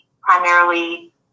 primarily